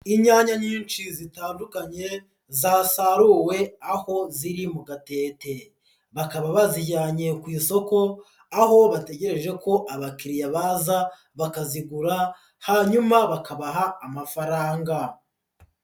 Inyanya nyinshi zitandukanye zasaruwe, aho ziri mu gatete. Bakaba bazijyanye ku isoko, aho bategereje ko abakiriya baza bakazigura hanyuma bakabaha amafaranga.